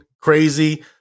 crazy